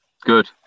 Good